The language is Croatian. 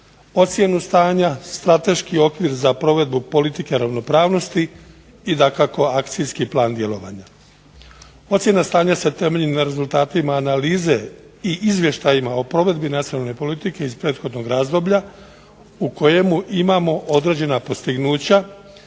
ocjenu stanja, strateški okvir za provedbu politike ravnopravnosti i dakako akcijski plan djelovanja. Ocjena stanja se temelji na rezultatima analize i izvještajima o provedbi nacionalne politike iz prethodnog razdoblja u kojemu imamo određena postignuća